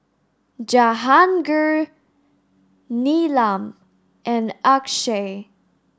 Jahangir Neelam and Akshay